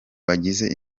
bagize